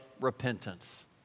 repentance